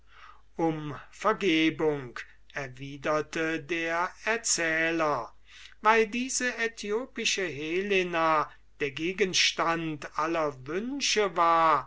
um vergebung erwiderte der erzähler weil diese äthiopische helena der gegenstand aller wünsche war